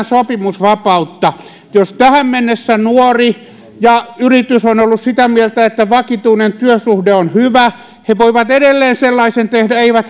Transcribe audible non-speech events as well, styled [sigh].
[unintelligible] sopimusvapautta jos tähän mennessä nuori ja yritys ovat olleet sitä mieltä että vakituinen työsuhde on hyvä he voivat edelleen sellaisen tehdä eiväthän